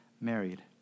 married